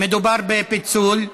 מדובר בפיצול.